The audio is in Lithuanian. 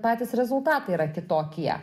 patys rezultatai yra kitokie